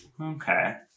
okay